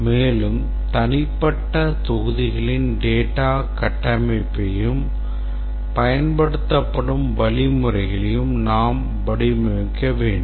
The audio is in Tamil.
மேலும் தனிப்பட்ட தொகுதிகளின் data கட்டமைப்பையும் பயன்படுத்தப்படும் வழிமுறைகளையும் நாம் வடிவமைக்க வேண்டும்